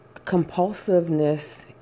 compulsiveness